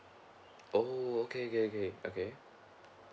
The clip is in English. oh okay okay okay okay